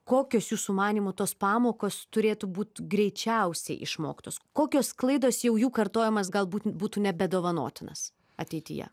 kokios jūsų manymu tos pamokos turėtų būt greičiausiai išmoktos kokios klaidos jau jų kartojimas galbūt būtų nebedovanotinas ateityje